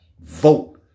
vote